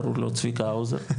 קראו לו צביקה האוזר,